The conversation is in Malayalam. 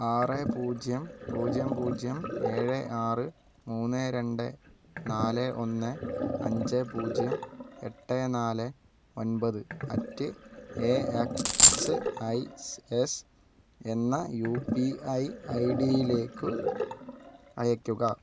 ആറ് പൂജ്യം പൂജ്യം പൂജ്യം ഏഴ് ആറ് മൂന്ന് രണ്ട് നാല് ഒന്ന് അഞ്ച് പൂജ്യം എട്ട് നാല് ഒൻപത് at A X I S എന്ന യു പി ഐ ഐ ഡിയിലേക്ക് അയയ്ക്കുക